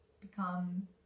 become